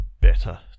better